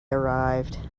arrived